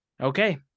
Okay